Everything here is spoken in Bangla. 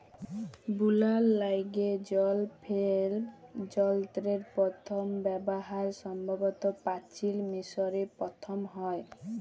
বুলার ল্যাইগে জল ফেম যলত্রের পথম ব্যাভার সম্ভবত পাচিল মিশরে পথম হ্যয়